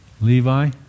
Levi